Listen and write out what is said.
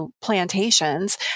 plantations